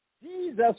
Jesus